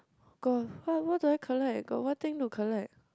got what what do I collect got what thing to collect